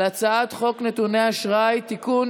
על הצעת חוק נתוני אשראי (תיקון,